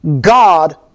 God